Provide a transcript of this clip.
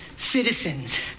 Citizens